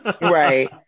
right